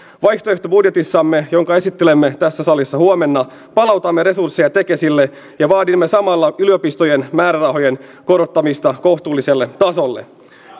vaihtoehtobudjetissamme jonka esittelemme tässä salissa huomenna palautamme resursseja tekesille ja vaadimme samalla yliopistojen määrärahojen korottamista kohtuulliselle tasolle